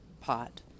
pot